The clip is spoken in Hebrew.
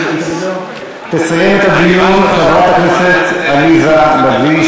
תסיים את הדיון חברת הכנסת עליזה לביא,